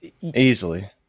Easily